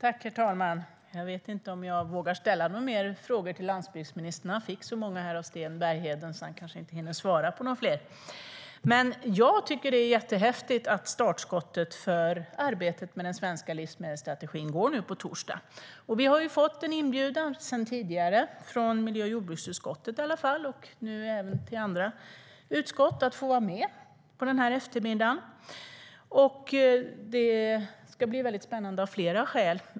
Herr talman! Jag vet inte om jag vågar ställa några mer frågor till landsbygdsministern. Han fick så många av Sten Bergheden att han kanske inte hinner svara på några fler. Jag tycker att det är jättehäftigt att startskottet för arbetet med den svenska livsmedelsstrategin går på torsdag. Vi har sedan tidigare en inbjudan, i alla fall till miljö och jordbruksutskottet och nu även till andra utskott, att få vara med på den här eftermiddagen. Det ska bli spännande av flera skäl.